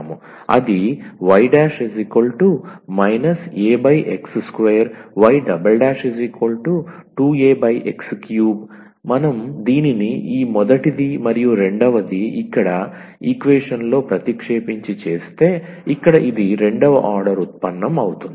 అదిy Ax2 y2Ax3 మనం దీనిని ఈ మొదటిది మరియు రెండవది ఇక్కడ ఈక్వేషన్ లో ప్రతిక్షేపించి చేస్తే ఇక్కడ ఇది రెండవ ఆర్డర్ ఉత్పన్నం అవుతుంది